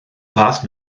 fath